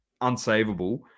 unsavable